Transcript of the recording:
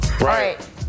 Right